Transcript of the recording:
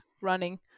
running